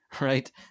right